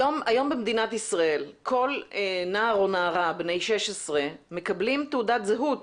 היום במדינת ישראל כל נער או נערה בני 16 מקבלים תעודת זהות.